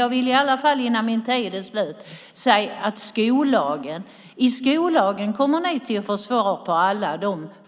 Jag vill i alla fall innan min talartid är slut säga att i skollagen kommer ni att få svar på alla